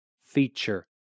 feature